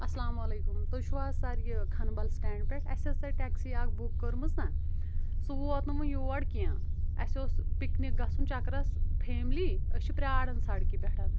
اَلسلام علیکُم تُہۍ چھو حظ سَر یہِ کَھنبَل سِٹینٛڈ پٮ۪ٹھ اَسہِ ٲس اتہِ ٹٮ۪کسی اکھ بُک کٕرمٕژ نا سُہ ووت نہٕ وٕنہِ یور کیٚنٛہہ اَسہِ اوس پِکنِک گَژُھن چَکرَس فیملی ٲسۍ چھِ پرٛاران سَڑکہِ پٮ۪ٹھ